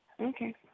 Okay